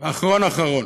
אחרון אחרון,